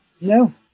no